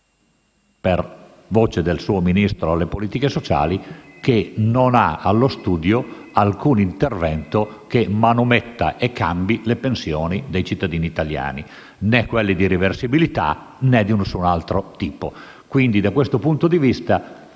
per voce del suo Ministro alle politiche sociali che non ha allo studio alcun intervento che manometta e cambi le pensioni dei cittadini italiani, né quelle di reversibilità, né di nessun altro tipo. Da questo punto di vista